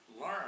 learn